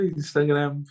Instagram